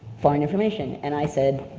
foreign information. and i said,